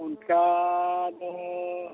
ᱚᱱᱠᱟ ᱫᱚ